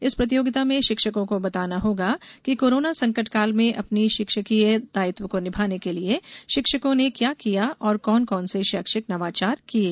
इस प्रतियोगिता में शिक्षकों को बताना होगा कि कोरोना संकटकाल में अपने शिक्षकीय दायित्व को निभाने के लिए शिक्षकों ने क्या किया और कौन कौन से शैक्षिक नवाचार किये